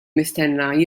mistenni